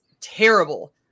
terrible